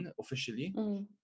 officially